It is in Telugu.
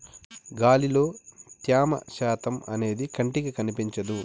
గాలిలో త్యమ శాతం అనేది కంటికి కనిపించదు